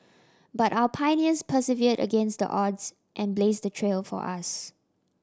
but our pioneers persevered against the odds and blazed the trail for us